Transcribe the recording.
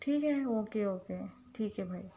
ٹھیک ہے okay okay ٹھیک ہے بھائی